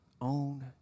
Own